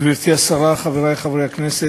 גברתי השרה, חברי חברי הכנסת,